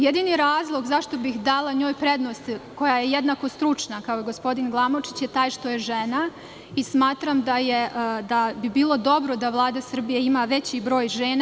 Jedini razlog zašto bih dala njoj prednost, koja je jednako stručna kao i gospodin Glamočić, je taj što je žena i smatram da bi bilo dobro da Vlada Srbije ima veći broj žena.